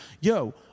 Yo